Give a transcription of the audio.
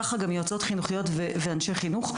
ככה גם יועצות חינוכיות ואנשי חינוך.